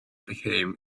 became